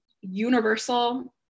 universal